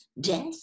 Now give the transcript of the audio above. death